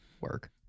work